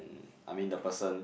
I mean the person